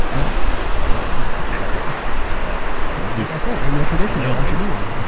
and failing at it. like i said, annual tradition, they launch a new one.